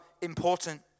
important